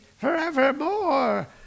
forevermore